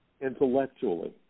intellectually